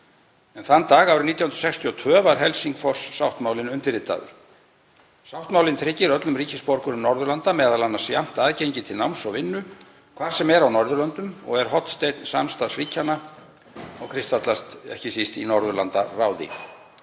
Þann dag árið 1962 var Helsingfors-sáttmálinn undirritaður. Sáttmálinn tryggir öllum ríkisborgurum Norðurlanda m.a. jafnt aðgengi til náms og vinnu hvar sem er á Norðurlöndunum og er hornsteinn samstarfs ríkjanna sem kristallast ekki síst í Norðurlandaráði.